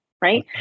Right